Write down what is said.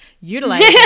utilizing